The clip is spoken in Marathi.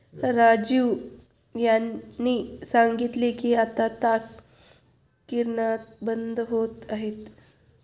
राजीव यांनी सांगितले की आता ताग गिरण्या बंद होत आहेत